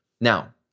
Now